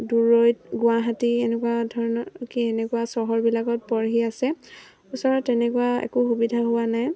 দূৰৈত গুৱাহাটী এনেকুৱা ধৰণৰ কি এনেকুৱা চহৰবিলাকত পঢ়ি আছে ওচৰত তেনেকুৱা একো সুবিধা হোৱা নাই